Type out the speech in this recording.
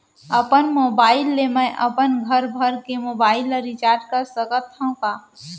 अपन मोबाइल ले मैं अपन घरभर के मोबाइल ला रिचार्ज कर सकत हव का?